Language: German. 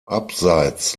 abseits